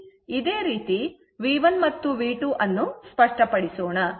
ಅದೇ ರೀತಿ V1V2 ಅನ್ನು ಸ್ಪಷ್ಟಪಡಿಸೋಣ